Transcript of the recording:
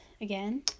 Again